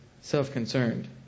self-concerned